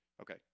Okay